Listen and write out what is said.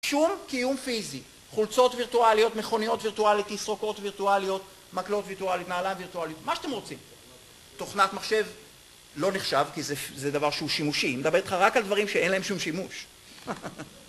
שום קיום פיזי. חולצות וירטואליות, מכוניות וירטואליות, תסרוקות וירטואליות, מקלות וירטואליות, נעליים וירטואליות, מה שאתם רוצים. תוכנת מחשב לא נחשב, כי זה דבר שהוא שימושי. אני מדבר איתך רק על דברים שאין להם שום שימוש.